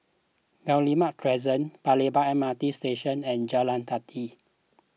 Guillemard Crescent Lebar M R T Station and Jalan Teliti